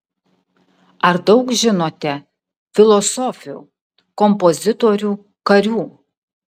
ar daug žinote filosofių kompozitorių karių